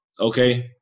okay